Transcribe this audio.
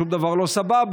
שום דבר לא סבבה,